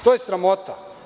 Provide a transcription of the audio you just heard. To je sramota.